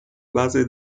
base